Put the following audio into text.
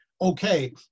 okay